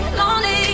lonely